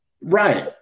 Right